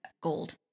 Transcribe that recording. gold